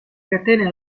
catene